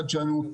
חדשנות,